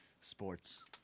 sports